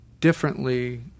differently